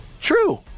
true